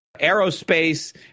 aerospace